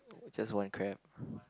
just one crab